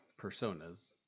personas